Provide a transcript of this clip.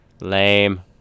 Lame